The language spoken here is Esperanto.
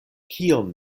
kion